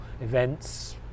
events